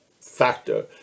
factor